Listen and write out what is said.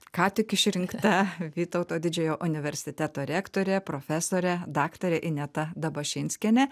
ką tik išrinkta vytauto didžiojo universiteto rektorė profesorė daktarė ineta dabašinskienė